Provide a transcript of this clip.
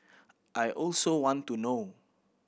I also want to know